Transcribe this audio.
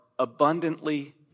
abundantly